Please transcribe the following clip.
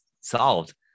solved